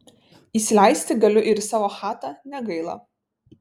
įsileisti galiu ir į savo chatą negaila